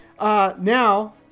now